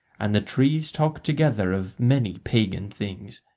and the trees talk together of many pagan things.